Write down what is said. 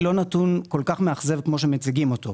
לא נתון כל כך מאכזב כמו שמציגים אותו.